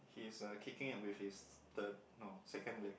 he is a kicking which is his the no second leg